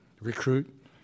recruit